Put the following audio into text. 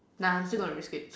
nah I'm still gonna risk it